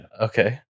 Okay